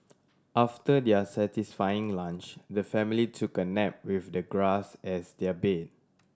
after their satisfying lunch the family took a nap with the grass as their bed